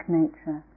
nature